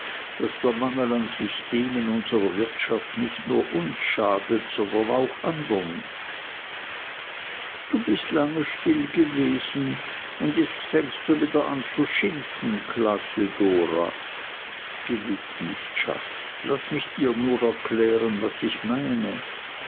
daß der mangel an system in unserer wirtschaft nicht nur uns schadet sondern auch andern du bist lange still gewesen und jetzt fängst du wieder an zu schimpfen klagte dora gewiß nicht schatz laß mich dir nur erklären was ich meine